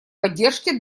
поддержке